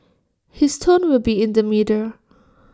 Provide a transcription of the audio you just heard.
his tone will be in the middle